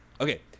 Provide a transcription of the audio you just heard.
Okay